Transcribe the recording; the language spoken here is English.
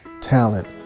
talent